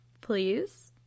Please